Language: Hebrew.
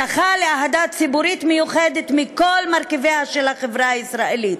הוא זכה לאהדה ציבורית מיוחדת מכל מרכיביה של החברה הישראלית,